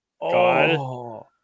god